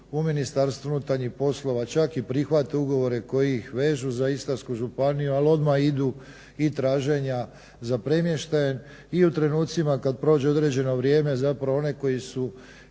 ljudi uđu u MUP čak i prihvate ugovore koji ih vežu za Istarsku županiju ali odmah idu i traženja za premještajem i u trenucima kada prođe određeno vrijeme zapravo oni koji su ispekli